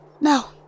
Now